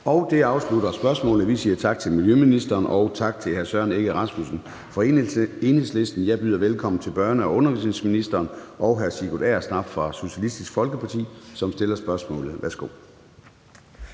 Det afslutter spørgsmålet. Vi siger tak til miljøministeren og til hr. Søren Egge Rasmussen fra Enhedslisten. Jeg byder velkommen til børne- og undervisningsministeren og hr. Sigurd Agersnap fra Socialistisk Folkeparti, som stiller spørgsmålet. Kl.